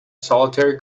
solitary